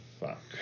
Fuck